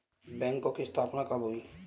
बैंकों की स्थापना कब हुई?